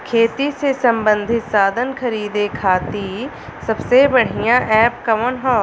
खेती से सबंधित साधन खरीदे खाती सबसे बढ़ियां एप कवन ह?